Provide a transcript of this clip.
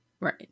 right